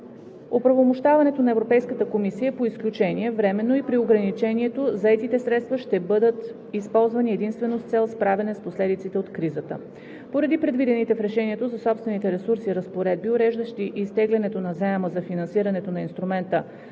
Оправомощаването на Европейската комисия е по изключение, временно и при ограничението заетите средства да бъдат използвани единствено с цел справяне с последиците от кризата. Поради предвидените в решението за собствените ресурси разпоредби, уреждащи изтеглянето на заема за финансирането на Инструмента